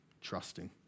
trusting